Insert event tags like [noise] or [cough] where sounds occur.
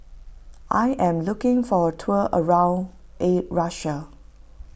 I am looking for a tour around [unintelligible] Russia